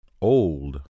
Old